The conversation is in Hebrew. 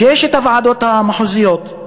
בשש הוועדות המחוזיות,